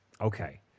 Okay